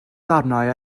ddarnau